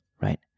right